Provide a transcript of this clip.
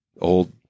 Old